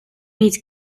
niet